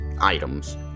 items